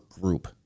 group